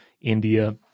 India